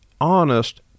honest